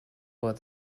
about